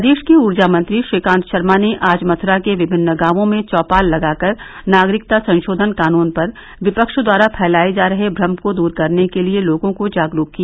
प्रदेश के ऊर्जा मंत्री श्रीकांत शर्मा ने आज मथ्या के विभिन्न गांवों में चौपाल लगाकर नागरिकता संशोधन कानून पर विपक्ष द्वारा फैलाए जा रहे थ्रम को दूर करने के लिये लोगों को जागरूक किया